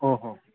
ઓહો